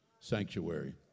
sanctuary